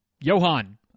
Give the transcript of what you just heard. Johan